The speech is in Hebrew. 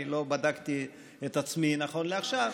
אני לא בדקתי את עצמי נכון לעכשיו.